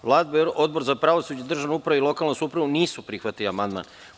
Vlada i Odbor za pravosuđe, državnu upravu i lokalnu samoupravu nisu prihvatili amandman.